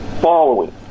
following